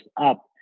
up